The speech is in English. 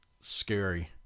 scary